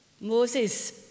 Moses